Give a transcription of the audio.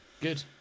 good